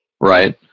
right